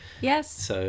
Yes